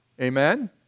Amen